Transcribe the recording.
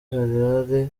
harare